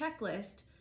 checklist